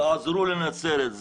תעזרו לנצרת.